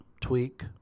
tweak